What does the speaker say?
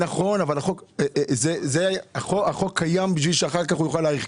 החוק קיים בשביל שאחר כך הוא יוכל להאריך.